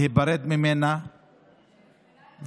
להיפרד ממנה ולחזור.